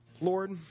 Lord